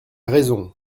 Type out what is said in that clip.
raison